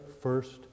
first